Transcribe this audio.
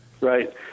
Right